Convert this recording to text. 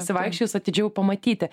pasivaikščiojus atidžiau pamatyti